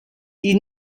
die